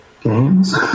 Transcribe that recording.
games